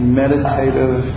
meditative